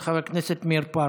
של חבר הכנסת מאיר פרוש.